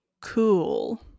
cool